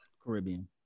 caribbean